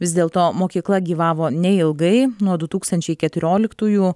vis dėlto mokykla gyvavo neilgai nuo du tūkstančiai keturioliktųjų